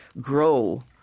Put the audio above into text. grow